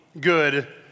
good